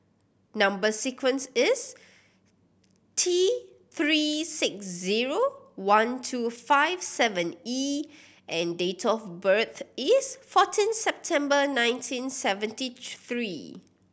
number sequence is T Three six zero one two five seven E and date of birth is fourteen September nineteen seventy three